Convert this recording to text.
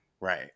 Right